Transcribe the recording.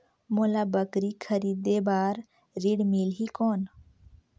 मोला बकरी खरीदे बार ऋण मिलही कौन?